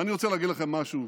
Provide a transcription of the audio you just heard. ואני רוצה להגיד לכם משהו,